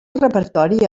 repertori